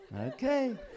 okay